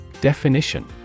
Definition